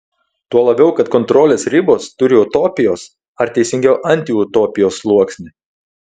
tuo labiau kad kontrolės ribos turi utopijos ar teisingiau antiutopijos sluoksnį